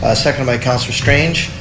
ah seconded by counsellor strange.